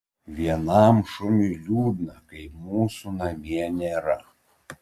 vienam šuniui liūdna kai mūsų namie nėra